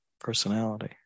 personality